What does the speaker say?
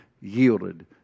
yielded